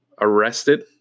arrested